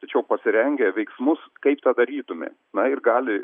tačiau pasirengę veiksmus kaip tą darytumėm na ir gali